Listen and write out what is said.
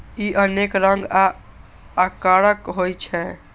ई अनेक रंग आ आकारक होइ छै